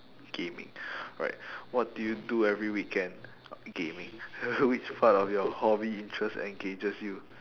gaming alright what do you do every weekend gaming which part of your hobby interest engages you